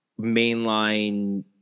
mainline